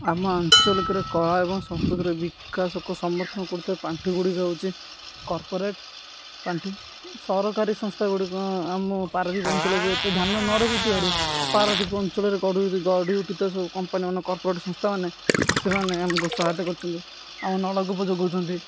ଆମ ଆଞ୍ଚଳିକରେ କଳା ଏବଂ ସଂସ୍କୃତିର ବିକାଶକୁ ସମର୍ଥନ କରୁଥିବା ପାଣ୍ଠି ଗୁଡ଼ିକ ହେଉଛି କର୍ପୋରେଟ୍ ପାଣ୍ଠି ସରକାରୀ ସଂସ୍ଥା ଗୁଡ଼ିକ ଆମ ପାରଦୀପ ଅଞ୍ଚଳ ଏତେ ଧ୍ୟାନ ନ ରଖୁଥିବାରୁ ପାରଦୀପ ଅଞ୍ଚଳରେ ଗଢ଼ି ଉଠୁଥିବା ସବୁ କମ୍ପାନୀ ମାନ କର୍ପୋରେଟ୍ ସଂସ୍ଥା ମାନେ ସେମାନେ ଆମକୁ ସହାୟତା କରୁଛନ୍ତି ଆମ ନଳକୂପ ଯୋଗାଉଛନ୍ତି